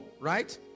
right